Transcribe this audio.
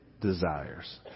desires